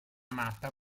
matta